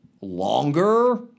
longer